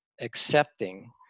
accepting